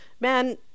man